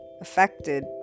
affected